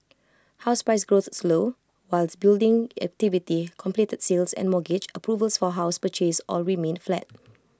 house price growth slowed whilst building activity completed sales and mortgage approvals for house purchase all remained flat